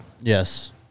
Yes